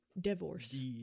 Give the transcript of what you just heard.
divorce